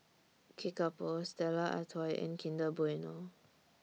Kickapoo Stella Artois and Kinder Bueno